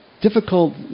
Difficult